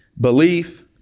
belief